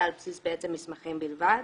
אלא על בסיס בעצם מסמכים בלבד.